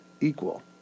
Equal